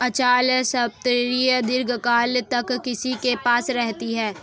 अचल संपत्ति दीर्घकाल तक किसी के पास रहती है